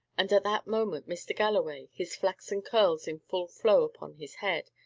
and at that moment mr. galloway his flaxen curls in full flow upon his head,